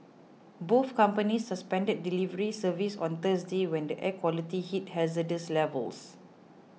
both companies suspended delivery service on Thursday when the air quality hit hazardous levels